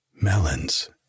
melons